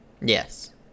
Yes